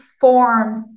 forms